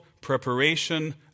preparation